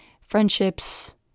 friendships